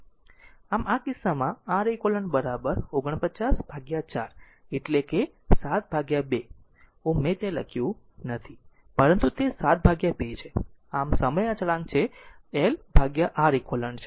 આમ આ કિસ્સામાં R eq 49 ભાગ્યા 4 એટલે કે 7 ભાગ્યા 2 Ω મેં તે લખ્યું નથી પરંતુ તે 7 ભાગ્યા 2 Ω છે આમ સમય અચળાંક છે lReq છે